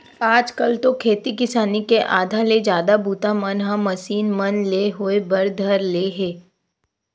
आज कल तो खेती किसानी के आधा ले जादा बूता मन ह मसीन मन ले होय बर धर ले हे